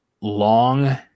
long